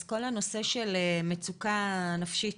כל הנושא של מצוקה נפשית